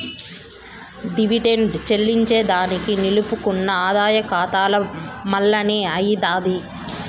dividend చెల్లింజేదానికి నిలుపుకున్న ఆదాయ కాతాల మల్లనే అయ్యితాది